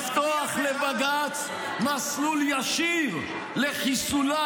לא ניתן לכם לפתוח לבג"ץ מסלול ישיר לחיסולה